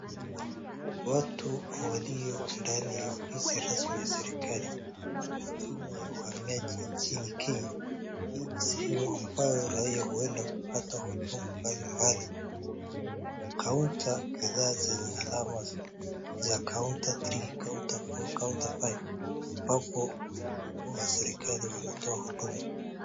Watu walio ndani ya ofisi rasmi ya serikali, huduma ya uhamiaji nchini Kenya. Hii ni sehemu ambayo raia huenda kupata huduma mbalimbali. Counter kadhaa zenye alama za, Counter 3 , Counter 4 , Counter 5 ambapo wahudumu wa serikali wanatoa huduma.